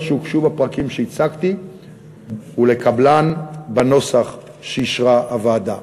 שהוגשו בפרקים שהצגתי ולקבלם בנוסח שאישרה הוועדה.